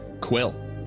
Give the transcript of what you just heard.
Quill